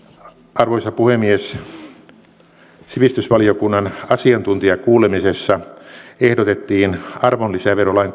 arvoisa puhemies sivistysvaliokunnan asiantuntijakuulemisessa ehdotettiin arvonlisäverolain